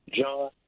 John